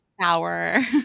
sour